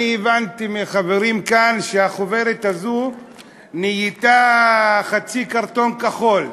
אני הבנתי מחברים כאן שהחוברת הזאת נהייתה חצי קרטון כחול.